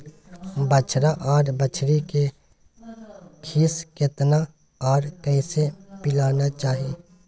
बछरा आर बछरी के खीस केतना आर कैसे पिलाना चाही?